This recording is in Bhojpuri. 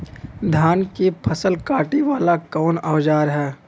धान के फसल कांटे वाला कवन औजार ह?